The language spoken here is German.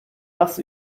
das